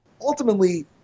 Ultimately